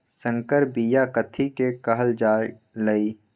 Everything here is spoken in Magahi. संकर बिया कथि के कहल जा लई?